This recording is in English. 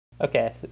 Okay